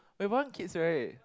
we want kids right